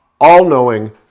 all-knowing